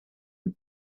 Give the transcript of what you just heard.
who